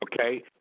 okay